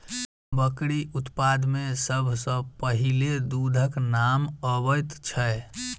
बकरी उत्पाद मे सभ सॅ पहिले दूधक नाम अबैत छै